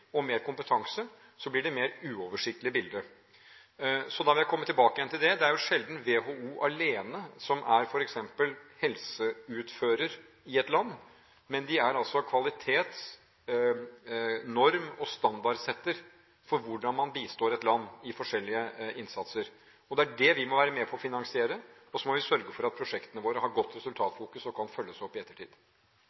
og mer kompetanse – blir det et mer uoversiktlig bilde. Så jeg vil komme tilbake igjen til det. Det er sjelden at WHO alene er f.eks. helseutfører i et land, men de er altså kvalitetsnorm og standardsetter for hvordan man bistår et land i forskjellige innsatser. Det er det vi må være med på å finansiere. Og så må vi sørge for at prosjektene våre har godt